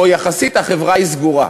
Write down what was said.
או יחסית החברה היא סגורה.